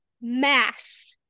Mass